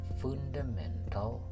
fundamental